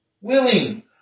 willing